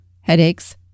headaches